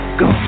go